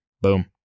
Boom